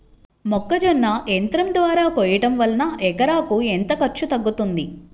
మొక్కజొన్న యంత్రం ద్వారా కోయటం వలన ఎకరాకు ఎంత ఖర్చు తగ్గుతుంది?